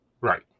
Right